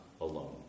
alone